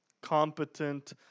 competent